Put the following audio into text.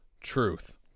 truth